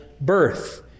birth